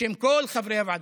בשם כל חברי הוועדה.